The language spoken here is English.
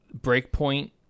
Breakpoint